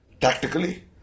tactically